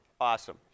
Awesome